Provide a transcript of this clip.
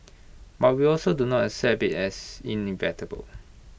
but we also do not accept IT as inevitable